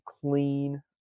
clean